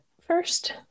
First